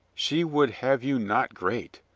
she would have you not great,